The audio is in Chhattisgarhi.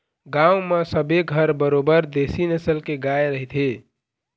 गांव म सबे घर बरोबर देशी नसल के गाय रहिथे